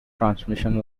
transmission